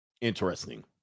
Interesting